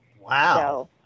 Wow